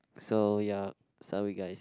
so ya sorry guys